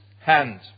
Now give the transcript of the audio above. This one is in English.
hand